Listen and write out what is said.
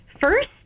first